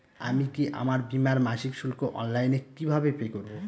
আমি কি আমার বীমার মাসিক শুল্ক অনলাইনে কিভাবে পে করব?